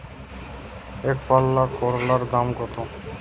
একপাল্লা করলার দাম কত?